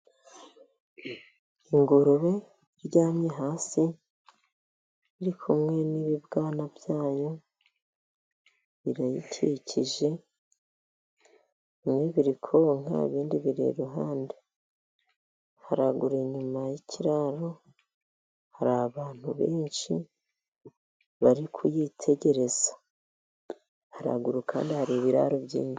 Ingurube iryamye hasi iri kumwe n'ibibwana byayo birayikikije. Bimwe biri konka ibindi biri iruhande. Haraguru inyuma y'ikiraro hari abantu benshi bari kuyitegereza. Haruguru kandi hari ibiraro byinshi.